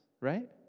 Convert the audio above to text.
right